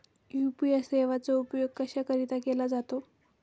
UPI सेवेचा उपयोग कशाकरीता केला जातो?